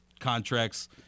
contracts